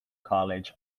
college